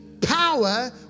Power